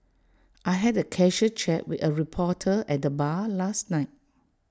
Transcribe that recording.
I had A casual chat with A reporter at the bar last night